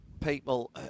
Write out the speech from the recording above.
people